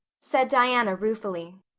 said diana ruefully.